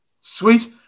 Sweet